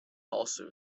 also